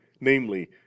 namely